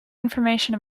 information